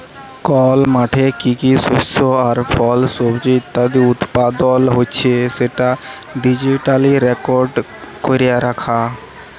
call মাঠে কি কি শস্য আর ফল, সবজি ইত্যাদি উৎপাদল হচ্যে সেটা ডিজিটালি রেকর্ড ক্যরা রাখা